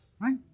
right